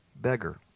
beggar